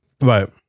Right